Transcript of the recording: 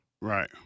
Right